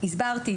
הסברתי.